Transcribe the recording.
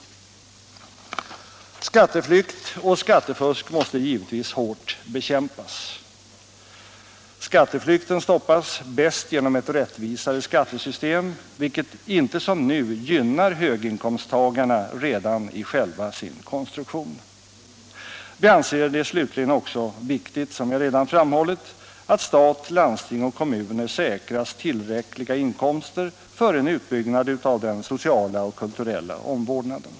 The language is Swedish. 16 mars 1977 Skatteflykt och skattefusk måste givetvis hårt bekämpas. Skatteflykten stoppas bäst genom ett rättvisare skattesystem, vilket inte som nu gynnar Översyn av höginkomsttagarna redan i själva sin konstruktion. Vi anser det slutligen — skattesystemet, också viktigt, som jag redan framhållit, att stat, landsting och kommuner = m.m. säkras tillräckliga inkomster för en utbyggnad av den sociala och kulturella omvårdnaden.